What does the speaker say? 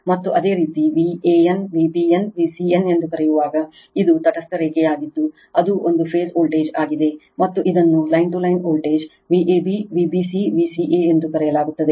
ಮತ್ತು ಅದೇ ರೀತಿ Van Vbn Vcn ಎಂದು ಕರೆಯುವಾಗ ಇದು ತಟಸ್ಥ ರೇಖೆಯಾಗಿದ್ದು ಅದು ಒಂದು ಫೇಸ್ ವೋಲ್ಟೇಜ್ ಆಗಿದೆ ಮತ್ತು ಇದನ್ನು line to line voltage Vab Vbc Vca ಎಂದು ಕರೆಯಲಾಗುತ್ತದೆ